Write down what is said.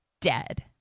dead